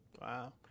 wow